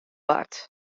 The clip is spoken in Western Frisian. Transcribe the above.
bart